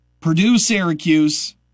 Purdue-Syracuse